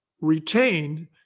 retain